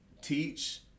teach